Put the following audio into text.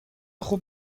خوب